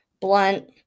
blunt